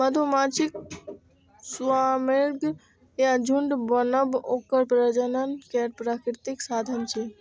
मधुमाछीक स्वार्मिंग या झुंड बनब ओकर प्रजनन केर प्राकृतिक साधन छियै